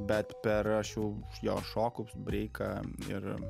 bet per aš jau jo šoku breiką ir